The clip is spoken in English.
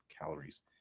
calories